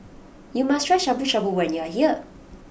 you must try Shabu Shabu when you are here